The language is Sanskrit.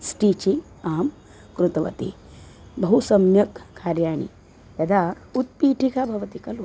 स्टीचिङ्ग् आं कृतवती बहु सम्यक् कार्याणि यदा उत्पीठिका भवति खलु